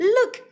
Look